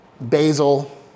basil